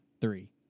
three